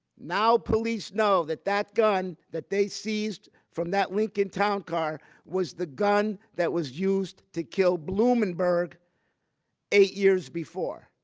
now police know that that gun that they seized from that lincoln towncar was the gun that was used to kill blumenberg eight years before.